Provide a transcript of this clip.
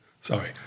Sorry